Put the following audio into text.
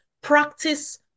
practice